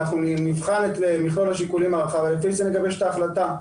נבחן את מכלול השיקולים הרחב ולפי זה נגבש את ההחלטה.